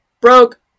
broke